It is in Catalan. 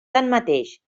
tanmateix